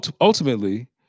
ultimately